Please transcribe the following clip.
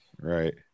Right